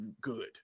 good